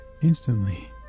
instantly